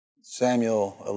Samuel